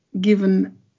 given